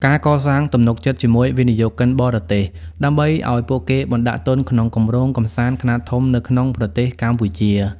ការកសាងទំនុកចិត្តជាមួយវិនិយោគិនបរទេស ដើម្បីឱ្យពួកគេបណ្តាក់ទុនក្នុងគម្រោងកម្សាន្តខ្នាតធំនៅក្នុងប្រទេសកម្ពុជា។